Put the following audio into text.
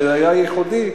שהיה ייחודי,